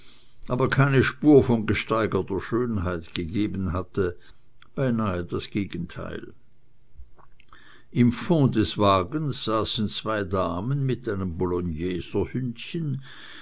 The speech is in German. aber keine spur von gesteigerter schönheit gegeben hatte beinahe das gegenteil im fond des wagens saßen zwei damen mit einem